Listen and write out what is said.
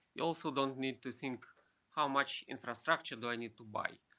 you also don't need to think how much infrastructure do i need to buy.